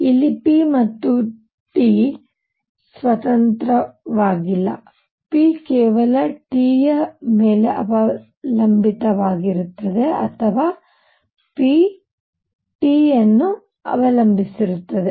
ಇಲ್ಲಿ p ಮತ್ತು T ಸ್ವತಂತ್ರವಾಗಿಲ್ಲ p ಕೇವಲ T ಯ ಮೇಲೆ ಅವಲಂಬಿತವಾಗಿರುತ್ತದೆ ಅಥವಾ p T ಯನ್ನು ಅವಲಂಬಿಸಿರುತ್ತದೆ